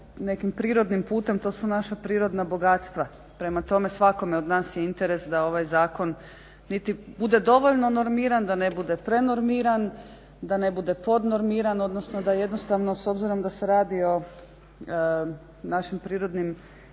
nekim prirodnim putem to su naša prirodna bogatstva. Prema tome svakome od nas je interes da ovaj zakon niti bude dovoljno normiran, da ne bude prenormiran, da ne bude podnormiran odnosno da jednostavno s obzirom da se radi o našim prirodnim